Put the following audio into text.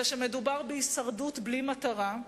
זה שמדובר בהישרדות בלי מטרה.